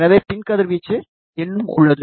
எனவே பின் கதிர்வீச்சு இன்னும் உள்ளது